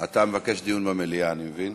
אתה מבקש דיון במליאה, אני מבין.